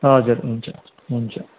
हजुर हुन्छ हुन्छ